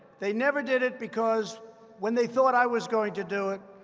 they never did it because when they thought i was going to do it,